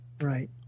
Right